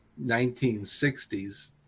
1960s